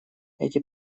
эти